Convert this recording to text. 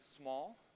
small